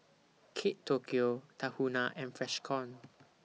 Kate Tokyo Tahuna and Freshkon